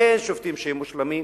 אין שופטים שהם מושלמים.